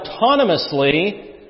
autonomously